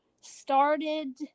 started